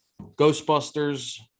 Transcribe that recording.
Ghostbusters